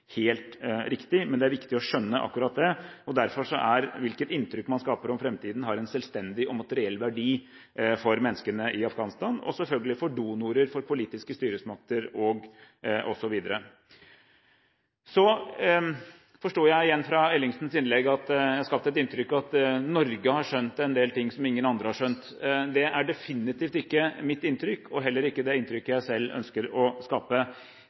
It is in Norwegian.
helt riktig. Men det er viktig å skjønne akkurat dette, og derfor har hvilket inntrykk man skaper om fremtiden, en selvstendig og materiell verdi for menneskene i Afghanistan – og selvfølgelig for donorer, for politiske styresmakter osv. Så forstod jeg, igjen fra Ellingsens innlegg, at jeg har skapt et inntrykk av at Norge har skjønt en del ting som ingen andre har skjønt. Det er definitivt ikke mitt inntrykk, og heller ikke det inntrykket jeg selv ønsker å skape.